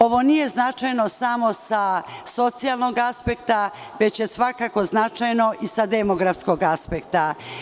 Ovo nije značajno samo sa socijalnog aspekta, već je svakako značajno i sa demografskog aspekta.